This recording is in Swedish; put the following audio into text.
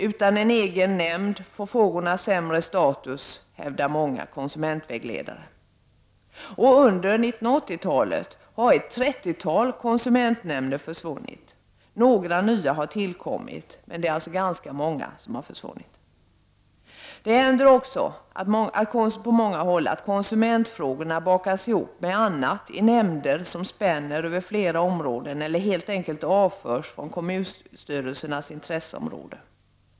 Utan en egen nämnd får frågorna sämre status, hävdar många konsumentvägledare. Under 1980-talet har ett trettiotal konsumentnämnder försvunnit. Några nya har tillkommit, men ganska många har försvunnit. På många håll händer det att konsumentfrågorna bakas ihop med annat i nämnder som spänner över flera områden eller att de helt enkelt avförs från kommunstyrelsernas intresseområde.